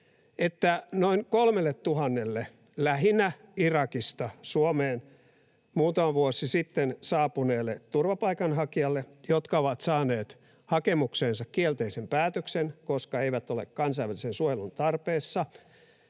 noin 3 000:lle lähinnä Irakista Suomeen muutama vuosi sitten saapuneelle turvapaikanhakijalle, jotka ovat saaneet hakemukseensa kielteisen päätöksen, koska eivät ole kansainvälisen suojelun tarpeessa